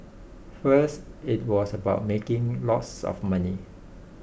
first it was about making lots of money